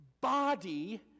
body